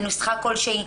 בנוסחה כלשהי,